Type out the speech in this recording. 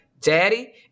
Daddy